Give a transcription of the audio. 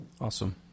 Awesome